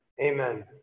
Amen